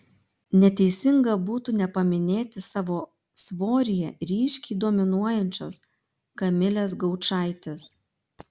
neteisinga būtų nepaminėti savo svoryje ryškiai dominuojančios kamilės gaučaitės